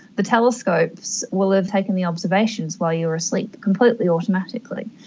the telescopes will have taken the observations while you are asleep, completely automatically.